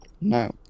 No